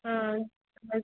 हाँ बस